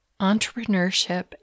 Entrepreneurship